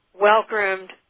well-groomed